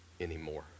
anymore